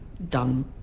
done